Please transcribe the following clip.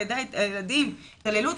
על ידי הילדים התעללות,